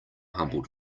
humble